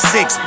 Six